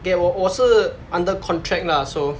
that 我我是 under contract lah so